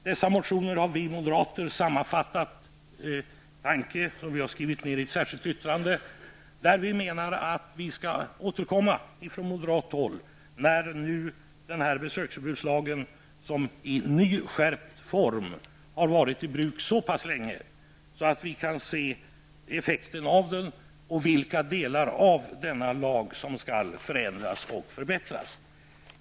Dessa motioner har vi sammanfattat i en tanke som vi har skrivit ned i ett särskilt yttrande, där vi menar att vi skall återkomma från moderat håll när besöksförbudslagen i sin nya skärpta form har varit i bruk så pass länge att vi kan se effekten av den och vilka delar av denna lag som skall förändras och förbättras.